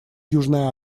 южной